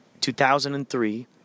2003